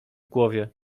głowie